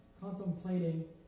contemplating